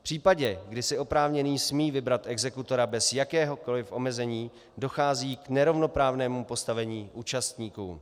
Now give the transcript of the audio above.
V případě, kdy si oprávněný smí vybrat exekutora bez jakéhokoliv omezení, dochází k nerovnoprávnému postavení účastníků.